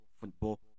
Football